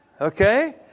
Okay